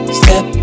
step